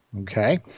Okay